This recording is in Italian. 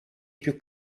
più